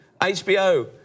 HBO